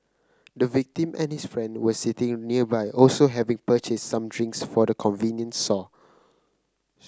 the victim and his friend were sitting nearby also having purchased some drinks from the convenience store